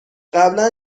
قبلا